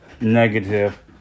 negative